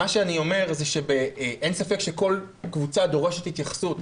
מה שאני אומר זה שאין ספק שכל קבוצה דורשת התייחסות,